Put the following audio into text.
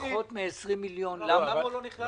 שלו פחות מ-20 מיליון שקל למה הוא לא נכלל?